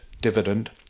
dividend